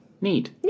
Neat